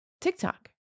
TikTok